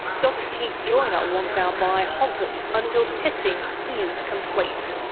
dr keith joiner wants our buy halted until testing is complete.